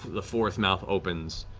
the fourth mouth opens.